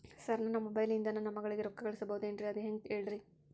sir ನನ್ನ mobile ಇಂದ ನನ್ನ ಮಗಳಿಗೆ ರೊಕ್ಕಾ ಕಳಿಸಬಹುದೇನ್ರಿ ಅದು ಹೆಂಗ್ ಹೇಳ್ರಿ